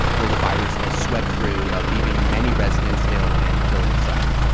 where the virus has swept through, leaving many residents ill and killing some